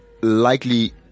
Likely